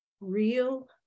Real